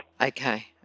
Okay